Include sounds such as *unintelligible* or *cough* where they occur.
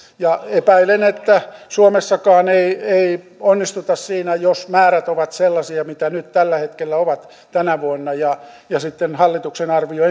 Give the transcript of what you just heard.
epäilen että suomessakaan ei ei onnistuta siinä jos määrät ovat sellaisia mitä nyt tällä hetkellä ovat tänä vuonna hallituksen arvio *unintelligible*